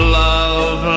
love